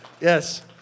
Yes